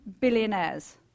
billionaires